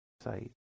site